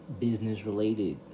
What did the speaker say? business-related